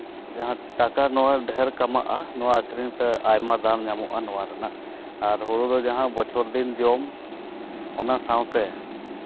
ᱡᱟᱦᱟᱸ ᱴᱟᱠᱟ ᱱᱚᱣᱟ ᱰᱷᱮᱹᱨ ᱠᱟᱢᱟᱜᱼᱟ ᱱᱚᱣᱟ ᱟᱠᱷᱨᱤᱧᱛᱮ ᱟᱭᱢᱟ ᱫᱟᱢ ᱧᱟᱢᱚᱜᱼᱟ ᱱᱚᱣᱟ ᱨᱮᱱᱟᱜ ᱟᱨ ᱦᱳᱲᱳ ᱫᱚ ᱡᱟᱦᱟᱸ ᱵᱚᱪᱷᱚᱨ ᱫᱤᱱ ᱡᱚᱢ ᱚᱱᱟ ᱥᱟᱶᱛᱮ